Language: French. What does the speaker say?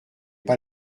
pas